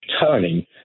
turning